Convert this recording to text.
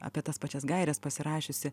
apie tas pačias gaires pasirašiusi